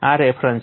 આ રેફરન્સ છે